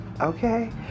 Okay